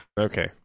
Okay